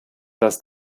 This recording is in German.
das